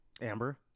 amber